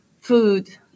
food